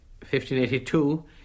1582